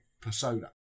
persona